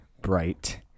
bright